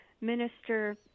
minister